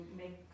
make